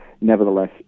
nevertheless